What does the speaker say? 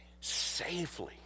safely